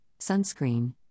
sunscreen